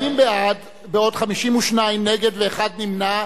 40 בעד, 52 נגד ואחד נמנע.